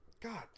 God